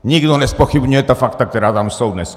Nikdo nezpochybňuje ta fakta, která tam jsou, dneska.